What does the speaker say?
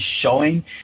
showing